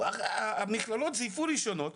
המכללות זייפו רישיונות.